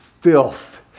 filth